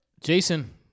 Jason